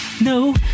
no